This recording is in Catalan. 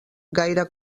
gaire